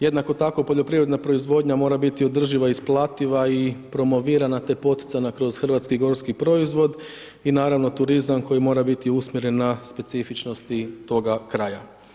Jednako tako poljoprivredna proizvodnja mora biti održiva, isplativa i promovirana te poticana kroz hrvatski gorski proizvod i naravno turizam koji mora biti usmjeren na specifičnosti toga kraja.